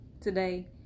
today